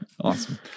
awesome